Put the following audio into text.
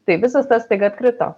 tai visas tas staiga atkrito